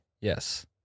Yes